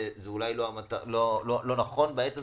זה אולי לא נכון בעת הזאת,